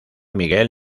miguel